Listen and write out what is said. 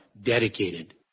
dedicated